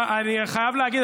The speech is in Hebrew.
אני חייב להגיד,